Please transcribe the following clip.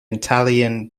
italian